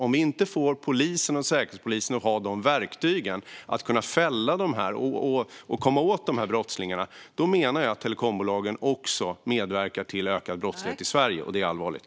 Om polis och säkerhetspolis inte får verktygen för att kunna komma åt och fälla dessa brottslingar menar jag att telekombolagen medverkar till ökad brottslighet i Sverige, och det är allvarligt.